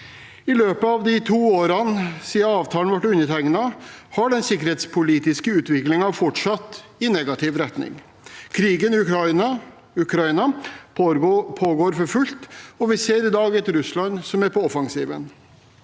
I løpet av de to årene siden avtalen ble undertegnet, har den sikkerhetspolitiske utviklingen fortsatt i negativ retning. Krigen i Ukraina pågår for fullt, og vi ser i dag et Russland som er på offensiven.